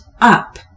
up